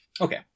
Okay